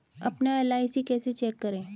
अपना एल.आई.सी कैसे चेक करें?